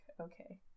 okay